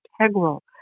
integral